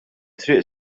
triq